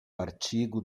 artigo